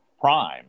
prime